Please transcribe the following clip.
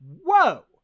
whoa